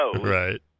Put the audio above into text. Right